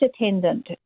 attendant